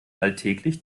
alltäglich